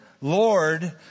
Lord